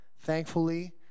Thankfully